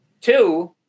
two